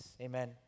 amen